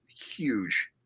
huge